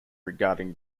regarding